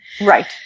right